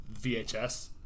VHS